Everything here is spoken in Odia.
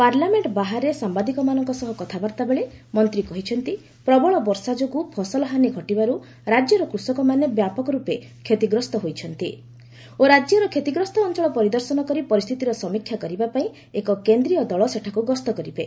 ପାର୍ଲାମେଣ୍ଟ ବାହାରେ ସାମ୍ଭାଦିକମାନଙ୍କ ସହ କଥାବର୍ତ୍ତାବେଳେ ମନ୍ତ୍ରୀ କହିଛନ୍ତି ପ୍ରବଳ ବର୍ଷା ଯୋଗୁଁ ଫସଲ ହାନି ଘଟିବାରୁ ରାଜ୍ୟର କୃଷକମାନେ ବ୍ୟାପକର୍ପେ କ୍ଷତିଗ୍ରସ୍ତ ହୋଇଛନ୍ତି ଓ ରାଜ୍ୟର କ୍ଷତିଗ୍ରସ୍ତ ଅଞ୍ଚଳ ପରିଦର୍ଶନ କରି ପରିସ୍ଥିତିର ସମୀକ୍ଷା କରିବାପାଇଁ ଏକ କେନ୍ଦ୍ରୀୟ ଦଳ ସେଠାକୁ ଗସ୍ତ କରିବେ